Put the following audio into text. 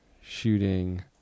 shooting